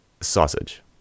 sausage